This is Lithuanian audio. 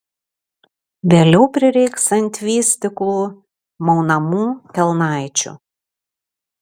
vėliau prireiks ant vystyklų maunamų kelnaičių